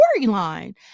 storyline